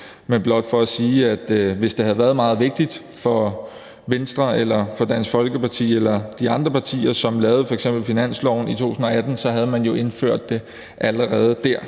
er blot for at sige, at hvis det havde været meget vigtigt for Venstre eller for Dansk Folkeparti eller de andre partier, som lavede f.eks. finansloven i 2018, så havde man jo indført det allerede der.